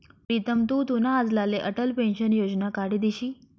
प्रीतम तु तुना आज्लाले अटल पेंशन योजना काढी दिशी